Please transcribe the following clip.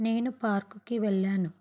నేను పార్కుకి వెళ్లాను